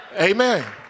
amen